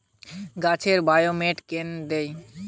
গাছে বায়োমেট কেন দেয়?